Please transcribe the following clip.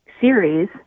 series